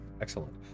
Excellent